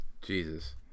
Jesus